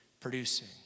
producing